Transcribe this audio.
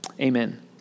Amen